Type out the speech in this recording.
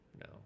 no